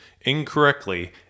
incorrectly